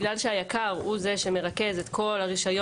בגלל שהיק"ר הוא זה שמרכז את כל הרישיון,